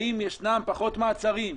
האם ישנם פחות מעצרים.